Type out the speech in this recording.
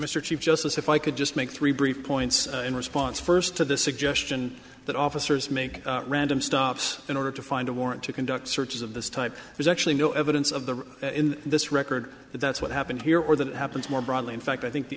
mr chief justice if i could just make three brief points in response first to the suggestion that officers make random stops in order to find a warrant to conduct searches of this type there's actually no evidence of them in this record but that's what happened here or that happens more broadly in fact i think the